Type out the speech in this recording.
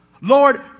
Lord